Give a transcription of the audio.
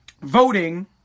voting